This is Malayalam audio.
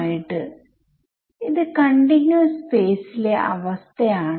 നമുക്ക് ഒരു റഫറൻസ് സൊല്യൂഷൻ ഉണ്ട് എന്നത് വളരെ നല്ലതാണ്